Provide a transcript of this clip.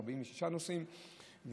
46 נוסעים,